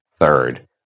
third